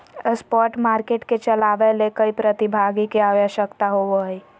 spot market के चलावय ले कई प्रतिभागी के आवश्यकता होबो हइ